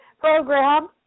program